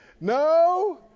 no